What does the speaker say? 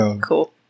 Cool